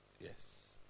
yes